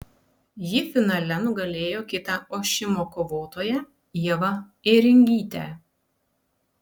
ji finale nugalėjo kitą ošimo kovotoją ievą ėringytę